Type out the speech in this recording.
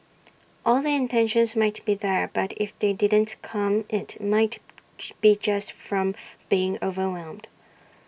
all the intentions might be there but if they didn't come IT might be just from being overwhelmed